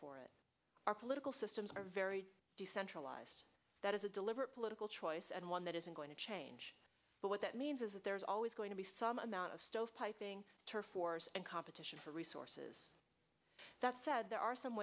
for it our political systems are very decentralized that is a deliberate political choice and one that isn't going to change but what that means is that there's always going to be some amount of stovepiping turf wars and competition for resources that said there are some